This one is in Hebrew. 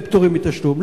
פטורים מתשלום.